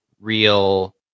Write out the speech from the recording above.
Real